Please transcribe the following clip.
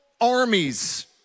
armies